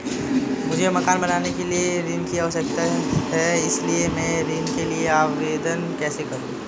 मुझे मकान बनाने के लिए ऋण की आवश्यकता है इसलिए मैं ऋण के लिए आवेदन कैसे करूं?